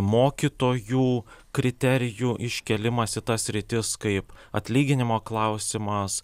mokytojų kriterijų iškėlimas į tas sritis kaip atlyginimo klausimas